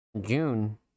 June